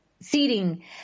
seating